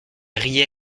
riait